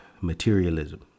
materialism